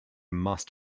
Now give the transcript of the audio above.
must